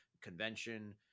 convention